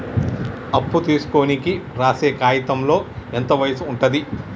అప్పు తీసుకోనికి రాసే కాయితంలో ఎంత వయసు ఉంటది?